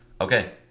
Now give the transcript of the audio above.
Okay